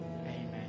Amen